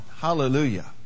Hallelujah